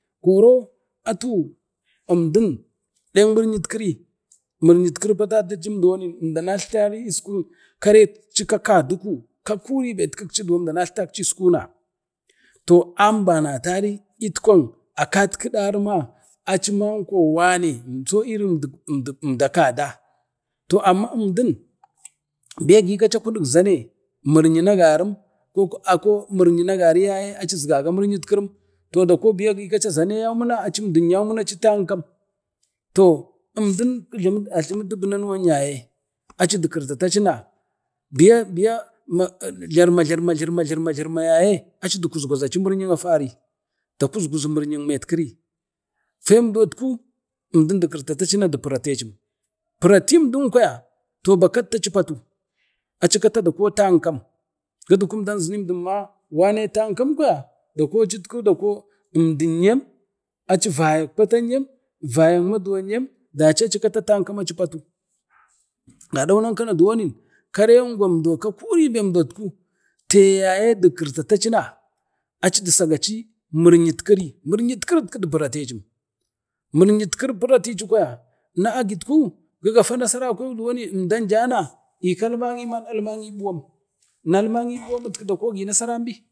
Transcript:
koro atu əmdim nek mir'yat kiri patata pum duwani koro atu əmdin atletai yadak miryam kikci ka kaduku na ambanari itkwa atatatkiɗari ma aciman ko wane aci əmdin tinan kada, amma əmdin gi kaci a kunuk zane aci nek miryim, miryim agaruun dako biya gikaci a zane yaumin aci yau mima aci tamkam, əmdin biya kirtataci aci. ajlumu nanuwan yaye aci girma-girma. girma yaya kuskuzaci miryim kuri da kusguzi miryim metkii nek afani, fen dotku dipiratecim piratim din kwaya baktta aci patu aci kata dako tamkam, guduka əmdin umdau kwotici ma tamkam kwaya acin dinyem, aci vayanyem, aci tamkam karengwan dou ka kuriben dot ku teka di kirchachaci aci disayaci miryik kiri, mir yet kiri ku du piratecim, na agit ku gugate nasarakwenna umdau jana iko alma'i na agi əmdin ɓuwam, na alma'i ɓuwam no dako agi nasaram ɓi,